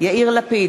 יאיר לפיד,